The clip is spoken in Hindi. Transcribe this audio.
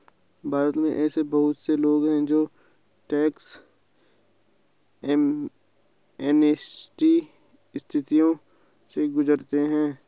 भारत में ऐसे बहुत से लोग हैं जो टैक्स एमनेस्टी स्थितियों से गुजरते हैं